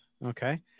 Okay